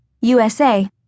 USA